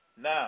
Now